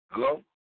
Hello